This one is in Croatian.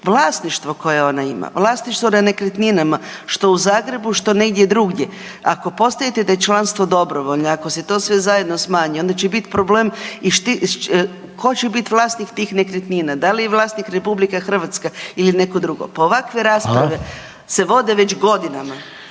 vlasništvo koje ona ima, vlasništvo na nekretninama što u Zagrebu, što negdje drugdje. Ako postajete da je članstvo dobrovoljno, ako se sve to zajedno smanji onda će biti problem i tko će biti vlasnik tih nekretnina. Da li je vlasnik RH ili neko drugo …/Upadica: Hvala./… pa ovakve rasprave se vode već godinama.